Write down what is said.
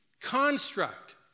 construct